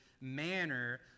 manner